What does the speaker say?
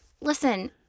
listen